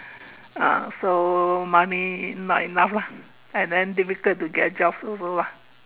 uh so money not enough lah and then difficult to get jobs also lah